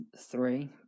three